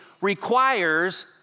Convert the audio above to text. requires